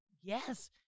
Yes